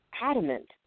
adamant